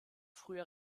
früher